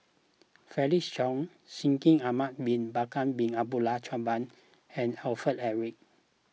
Felix Cheong Shaikh Ahmad Bin Bakar Bin Abdullah Jabbar and Alfred Eric